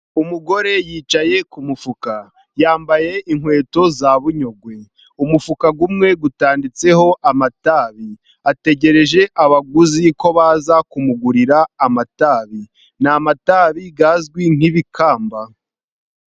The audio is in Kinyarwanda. Umugore yicaye ku mufuka yambaye inkweto za bunyogwe, umufuka umwe utanditseho amatabi ategereje abaguzi ko baza kumugurira amatabi. Ni amatabi azwi nk'ibikamba.